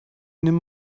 nimm